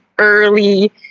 early